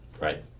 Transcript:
right